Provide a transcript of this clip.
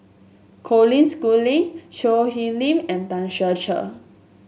Colin Schooling Choo Hwee Lim and Tan Ser Cher